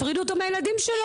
הפרידו אותו מהילדים שלו.